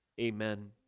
amen